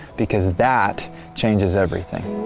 because that changes everything.